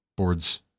Board's